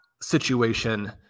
situation